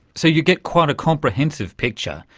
so you get quite a comprehensive picture,